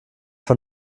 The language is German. von